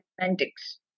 semantics